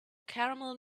caramel